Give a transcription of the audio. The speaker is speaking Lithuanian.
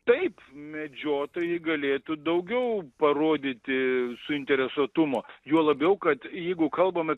taip medžiotojai galėtų daugiau parodyti suinteresuotumo juo labiau kad jeigu kalbame